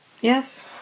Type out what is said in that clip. Yes